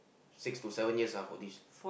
six to seven years ah for this